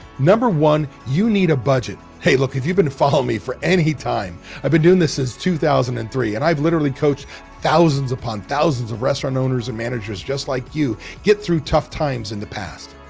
number one, you need a budget. hey, look, if you've been following me for any time, i've been doing this since two thousand and three and i've literally coached thousands upon thousands of restaurant owners and managers, just like you get through tough times in the past.